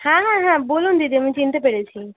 হ্যাঁ হ্যাঁ হ্যাঁ বলুন দিদি আমি চিনতে পেরেছি